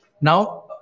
Now